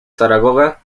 zaragoza